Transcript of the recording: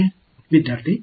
மாணவர் ஒருவருக்கொருவர் படி